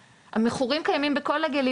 המכורים קיימים בכל הגילאים.